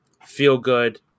feel-good